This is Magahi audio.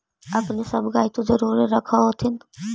अपने सब गाय तो जरुरे रख होत्थिन?